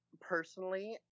Personally